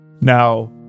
Now